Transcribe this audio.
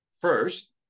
first